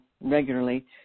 regularly